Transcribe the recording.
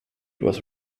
was